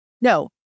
No